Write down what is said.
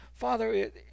Father